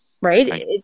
Right